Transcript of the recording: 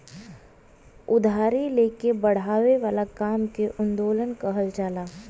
उधारी ले के बड़ावे वाला काम के उत्तोलन कहल जाला